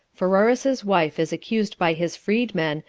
pheroras's wife is accused by his freedmen,